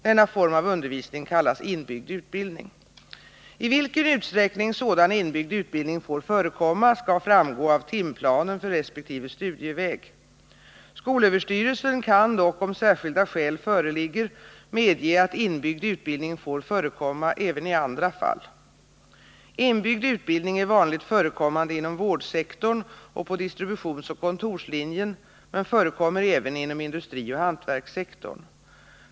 Denna form av undervisning kallas inbyggd utbildning. I vilken utsträckning sådan inbyggd utbildning får förekomma skall framgå av timplanen för resp. studieväg. Skolöverstyrelsen kan dock, om särskilda skäl föreligger, medge att inbyggd utbildning får förekomma även i andra fall. Inbyggd utbildning är vanligt förekommande inom vårdsektorn och på distributionsoch kontorslinjen men förekommer även inom industrioch hantverkssektorn.